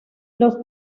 los